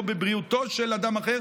לא בבריאותו של אדם אחר.